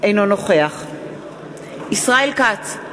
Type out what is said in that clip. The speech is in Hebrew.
אינו נוכח ישראל כץ,